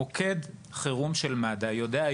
מוקד חירום של מד"א יודע,